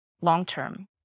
long-term